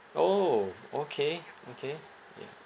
orh okay okay ya